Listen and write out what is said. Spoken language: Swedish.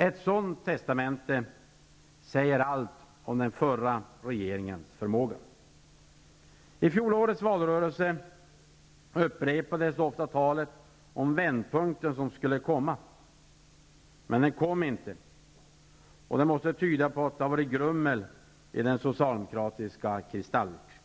Ett sådant testamente säger allt om den förra regeringens förmåga. I fjolårets valrörelse upprepades ofta talet om vändpunkten som skulle komma, men den kom inte. Det måste tyda på att det varit grummel i kristallkulan när